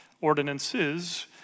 ordinances